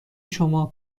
شما